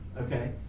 Okay